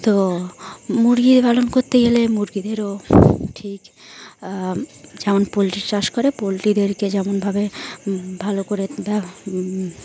তো মুরগি পালন করতে গেলে মুরগিদেরও ঠিক যেমন পোলট্রি চাষ করে পোলট্রিদেরকে যেমনভাবে ভালো করে